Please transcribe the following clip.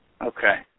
Okay